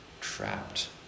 trapped